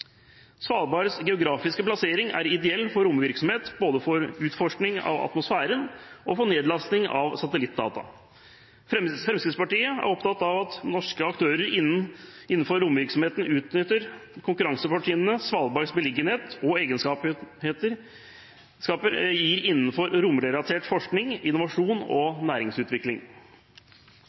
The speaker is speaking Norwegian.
Svalbards geografiske plassering er ideell for romvirksomhet, både for utforskning av atmosfæren og for nedlastning av satellittdata. Fremskrittspartiet er opptatt av at norske aktører innenfor romvirksomheten utnytter konkurransefortrinnene Svalbards beliggenhet og egenskaper gir innenfor romrelatert forskning, innovasjon og næringsutvikling.